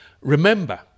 Remember